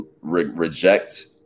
reject